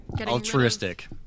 Altruistic